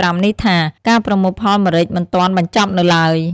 ២៥នេះថា ការប្រមូលផលម្រេចមិនទាន់បញ្ចប់នៅឡើយ។